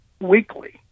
weekly